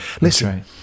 Listen